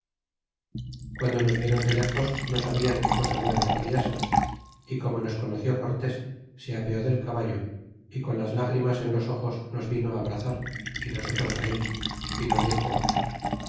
guando nos viéron de léjos no sabian qué cosa nueva podia ser y como nos conoció cortés se apeó del caballo y con las lágrimas en los ojos nos vino abrazar y nosotros á él y nos dixo